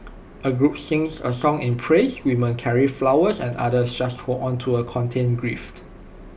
A group sings A song in praise women carry flowers and others just hold on to A contained grief